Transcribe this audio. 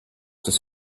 des